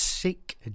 Sick